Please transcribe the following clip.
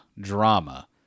drama